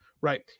right